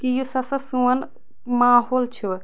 کہِ یُس ہَسا سون ماحول چھُ